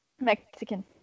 Mexican